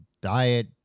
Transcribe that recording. Diet